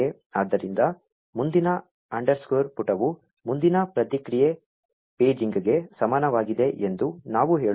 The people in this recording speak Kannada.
ಆದ್ದರಿಂದ ಮುಂದಿನ ಅಂಡರ್ಸ್ಕೋರ್ ಪುಟವು ಮುಂದಿನ ಪ್ರತಿಕ್ರಿಯೆ ಪೇಜಿಂಗ್ಗೆ ಸಮಾನವಾಗಿದೆ ಎಂದು ನಾವು ಹೇಳುತ್ತೇವೆ